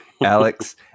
Alex